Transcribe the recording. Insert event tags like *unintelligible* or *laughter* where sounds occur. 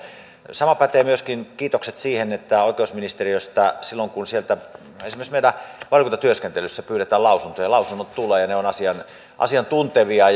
samoin pätevät myöskin kiitokset siitä että oikeusministeriöstä silloin kun sieltä esimerkiksi meidän valiokuntatyöskentelyssämme pyydetään lausuntoja lausunnot tulevat ne ovat asiantuntevia *unintelligible*